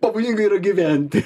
pavojinga yra gyventi